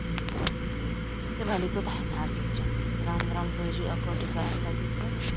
ᱚᱱᱟᱛᱮ ᱵᱷᱟᱹᱞᱤ ᱠᱚ ᱛᱟᱦᱮᱱᱟ ᱟᱨ ᱪᱮᱫ ᱪᱚᱝ ᱜᱨᱟᱢᱼᱜᱨᱟᱢ ᱠᱚ ᱦᱤᱡᱩᱜᱼᱟ ᱠᱚ ᱴᱤᱠᱟ ᱮᱢ ᱞᱟᱹᱜᱤᱫ ᱛᱮ